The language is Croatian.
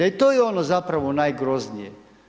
I to je ono zapravo najgroznije.